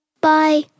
Bye